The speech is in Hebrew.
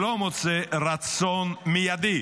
לא מוצא רצון מיידי